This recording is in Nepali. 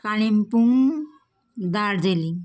कालिम्पोङ दार्जिलिङ